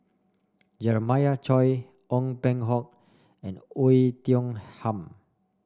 Jeremiah Choy Ong Peng Hock and Oei Tiong Ham